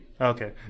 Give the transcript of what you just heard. Okay